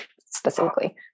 specifically